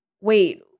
wait